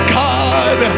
god